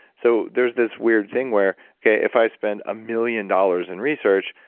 so there's this weird thing where, okay, if i spend a million dollars in research,